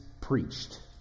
preached